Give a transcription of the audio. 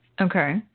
Okay